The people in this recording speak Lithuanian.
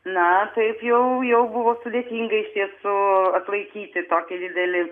na taip jau jau buvo sudėtinga iš tiesų atlaikyti tokį didelį